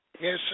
Yes